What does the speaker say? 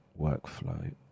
workflow